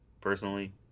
personally